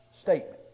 statement